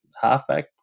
halfback